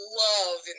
love